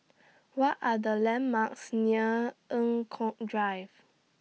What Are The landmarks near Eng Kong Drive